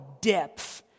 depth